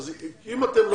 אם אתם לא